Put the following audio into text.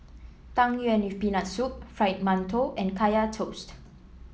Tang Yuen with Peanut Soup Fried Mantou and Kaya Toast